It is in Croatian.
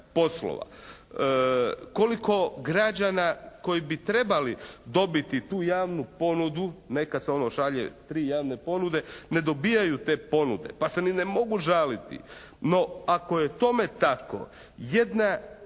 poslova. Koliko građana koji bi trebali dobiti tu javnu ponudu, nekada se ono šalje tri javne ponude, ne dobijaju te ponude pa se i ne mogu žaliti. No, ako je tome tako, jedna